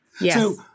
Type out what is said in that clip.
Yes